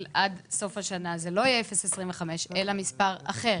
ועד סוף השנה זה לא יהיה 0.25 אלא מספר אחר?